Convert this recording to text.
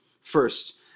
First